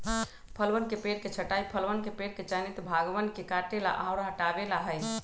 फलवन के पेड़ के छंटाई फलवन के पेड़ के चयनित भागवन के काटे ला और हटावे ला हई